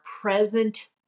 present